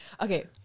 Okay